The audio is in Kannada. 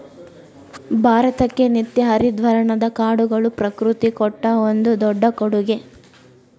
ಭಾರತಕ್ಕೆ ನಿತ್ಯ ಹರಿದ್ವರ್ಣದ ಕಾಡುಗಳು ಪ್ರಕೃತಿ ಕೊಟ್ಟ ಒಂದು ದೊಡ್ಡ ಕೊಡುಗೆ